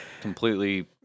completely